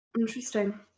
Interesting